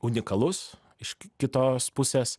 unikalus iš kitos pusės